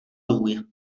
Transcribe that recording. lůj